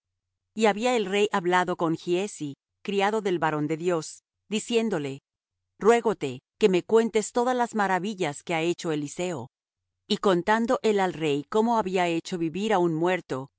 y había el rey hablado con giezi criado del varón de dios diciéndole ruégote que me cuentes todas las maravillas que ha hecho eliseo y contando él al rey cómo había hecho vivir á un muerto he